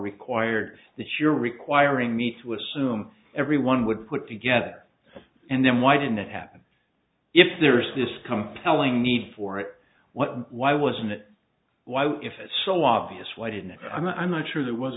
required that you're requiring me to assume everyone would put together and then why didn't that happen if there's this come telling me for it what why wasn't it why if it's so obvious why didn't it i'm not sure there was